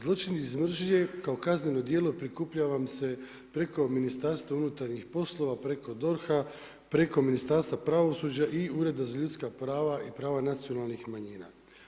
Zločin iz mržnje kao kazneno djelo prikuplja vam se preko Ministarstva unutarnjih poslova, preko DORH-a, preko Ministarstva pravosuđa i Ureda za ljudska prava i prava nacionalnih manjina.